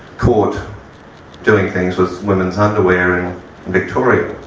caught doing things with women's underwear in victoria.